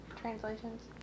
translations